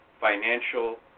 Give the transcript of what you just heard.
financial